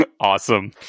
Awesome